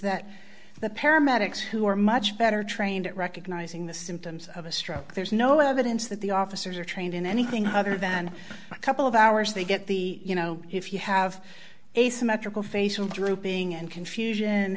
that the paramedics who are much better trained at recognizing the symptoms of a stroke there's no evidence that the officers are trained in anything other than a couple of hours they get the you know if you have a symmetrical face and drooping and confusion